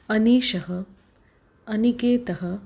अनीशः अनिकेतः